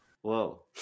Whoa